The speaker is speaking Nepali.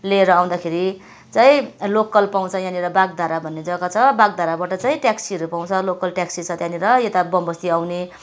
लिएर आउँदाखेरि चाहिँ लोकल पाउँछ यहाँनिर बाग्धारा भन्ने जग्गा छ यहाँनिर बाग्धाराबाट चाहिँ ट्याक्सीहरू पाउँछ लोकल ट्याक्सी छ त्यहाँनिर यता बम बस्ती आउने